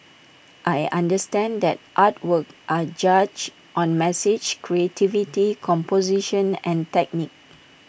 I understand that artworks are judged on message creativity composition and technique